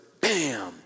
bam